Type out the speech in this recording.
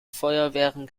feuerwehren